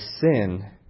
sin